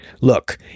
look